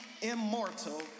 immortal